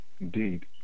Indeed